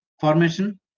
formation